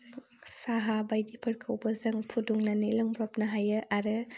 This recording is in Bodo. साहा बायदिफोरखौबो जों फुदुंनानै लोंब्रबनो हायो आरो